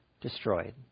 destroyed